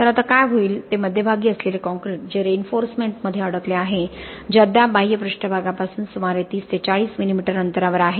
तर आता काय होईल ते मध्यभागी असलेले काँक्रीट जे रेन्फोर्समेंट मध्ये अडकले आहे जे अद्याप बाह्य पृष्ठभागापासून सुमारे 30 ते 40 मिलीमीटर अंतरावर आहे